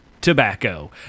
tobacco